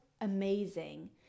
amazing